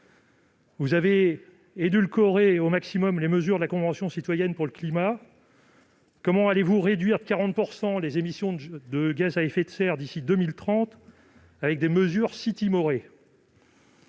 Vous avez édulcoré au maximum les mesures de la Convention citoyenne pour le climat. Comment allez-vous réduire les émissions de gaz à effet de serre de 40 % d'ici à 2030, avec des mesures si timorées ?